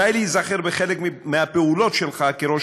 די להיזכר בחלק מהפעולות שלך כראש